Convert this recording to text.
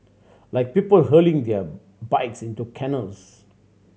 like people hurling their bikes into canals